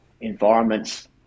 environments